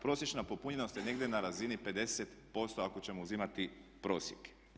Prosječna popunjenost je negdje na razini 50% ako ćemo uzimati prosjek.